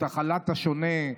הכלת השונה,